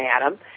Adam